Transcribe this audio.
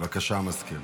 בבקשה, המזכיר.